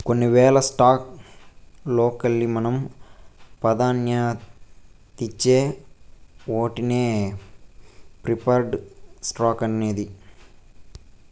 కొన్ని వేల స్టాక్స్ లోకెల్లి మనం పాదాన్యతిచ్చే ఓటినే ప్రిఫర్డ్ స్టాక్స్ అనేది